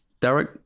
Derek